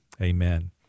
Amen